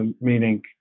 meaning